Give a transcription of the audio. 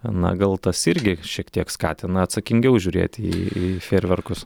na gal tas irgi šiek tiek skatina atsakingiau žiūrėti į fejerverkus